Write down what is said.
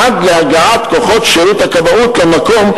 עד להגעת כוחות שירות הכבאות למקום,